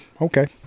okay